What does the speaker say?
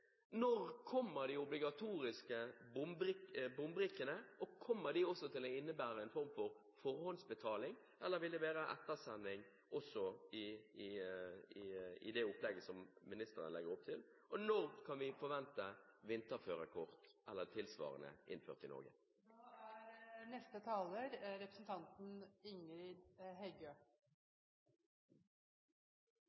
Når kommer de obligatoriske bombrikkene? Kommer det også til å innebære en form for forhåndsbetaling, eller vil det være ettersending også i det som ministeren legger opp til? Når kan vi forvente vinterførerkort eller tilsvarende innført i Norge? Det er